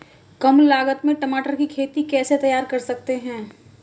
कम लागत में टमाटर की खेती कैसे तैयार कर सकते हैं?